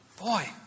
Boy